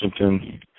Washington